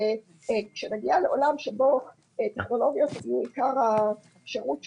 כשמגיעים לעולם שבו טכנולוגיה היא עיקר השירות שניתן,